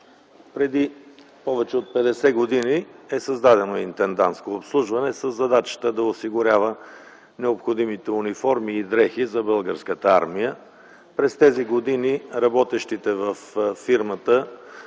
преди повече от 50 години е създадено „Интендантско обслужване” със задачата да осигурява необходимите униформи и дрехи за българската армия. През тези години работещите във фирмата